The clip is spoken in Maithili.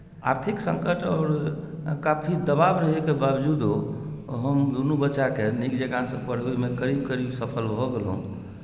आर्थिक सङ्कट आओर काफी दबाब रहैकेँ वावजुदो हम दुनू बच्चाकेँ नीकसँ पढ़बैमे करीब करीब सफल भऽ गेलहुँ